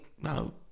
no